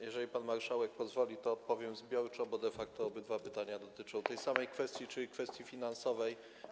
Jeżeli pan marszałek pozwoli, to odpowiem zbiorczo, bo de facto obydwa pytania dotyczą tej samej kwestii, czyli kwestii finansowej.